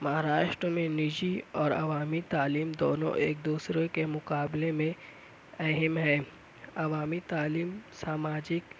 مہاراشٹر میں نجی اور عوامی تعلیم دونوں ایک دوسرے کے مقابلہ میں اہم ہے عوامی تعلیم سا ماجک